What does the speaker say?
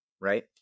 right